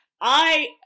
I-